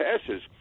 passes